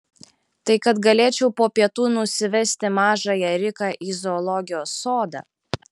tai kad galėčiau po pietų nusivesti mažąją riką į zoologijos sodą